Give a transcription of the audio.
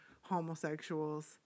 homosexuals